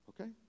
okay